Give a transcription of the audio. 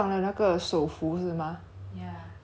oh ya cause I didn't know ban~ banner was